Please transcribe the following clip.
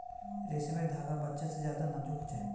रेसमर धागा बच्चा से ज्यादा नाजुक हो छे